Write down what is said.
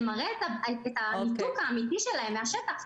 זה מראה על הניתוק האמיתי שלהם מהשטח.